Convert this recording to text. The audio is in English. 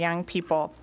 young people